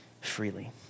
freely